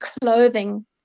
clothing